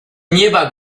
nieba